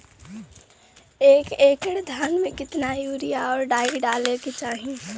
एक एकड़ धान में कितना यूरिया और डाई डाले के चाही?